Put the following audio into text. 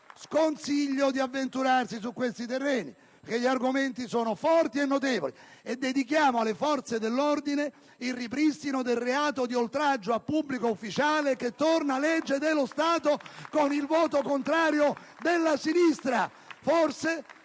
sconsiglio di avventurarsi su questo terreno, perché gli argomenti sono forti e notevoli. Noi dedichiamo alle forze dell'ordine il ripristino del reato di oltraggio a pubblico ufficiale, che torna legge dello Stato con il voto contrario della sinistra!